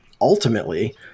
ultimately